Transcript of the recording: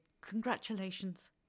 Congratulations